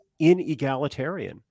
inegalitarian